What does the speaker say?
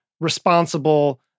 responsible